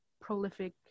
prolific